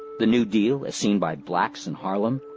the new deal as seen by blacks in harlem,